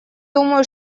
думаю